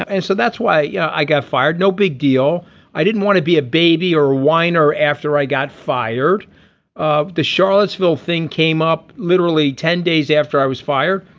and so that's why yeah i got fired no big deal i didn't want to be a baby or weiner after i got fired of the charlottesville thing came up literally ten days after i was fired.